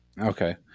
Okay